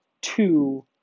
two